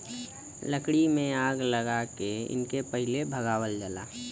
लकड़ी में आग लगा के इनके पहिले भगावल जाला